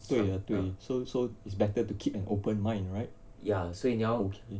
对了对 so so it's better to keep an open mind right okay